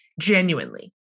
Genuinely